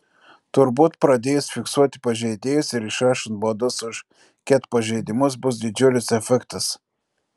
turbūt pradėjus fiksuoti pažeidėjus ir išrašant baudas už ket pažeidimus bus didžiulis efektas